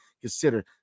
consider